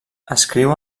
escriu